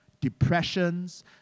depressions